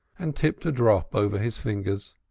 and tipped a drop over his fingers.